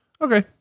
Okay